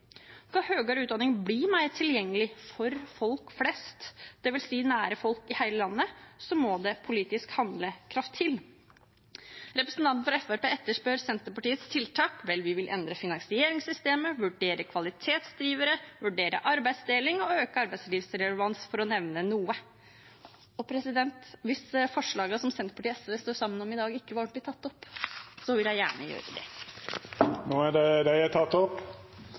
utdanning bli mer tilgjengelig for folk flest, det vil si nær folk i hele landet, må det politisk handlekraft til. Representanten fra Fremskrittspartiet etterspør Senterpartiets tiltak. Vel – vi vil endre finansieringssystemet, vurdere kvalitetsdrivere, vurdere arbeidsdeling og øke arbeidslivsrelevans, for å nevne noe. Tilgang til høyere utdanning er svært viktig, og regjeringen har satt i gang et arbeid med en strategi for desentralisert og fleksibel høyere utdanning som skal legges fram denne våren, og det